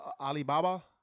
Alibaba